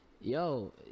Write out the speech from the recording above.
yo